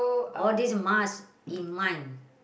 all these must in mind